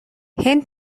هند